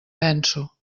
penso